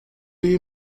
you